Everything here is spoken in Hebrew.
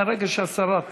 מהרגע שהשרה תבוא,